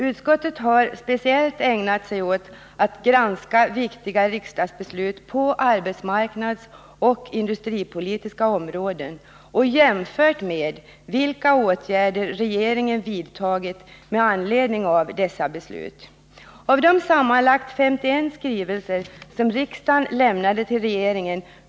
Utskottet har speciellt ägnat sig åt att granska viktiga riksdagsbeslut på arbetsmarknadspolitiska och industripolitiska områden och har undersökt vilka åtgärder regeringen vidtagit med anledning av dessa beslut.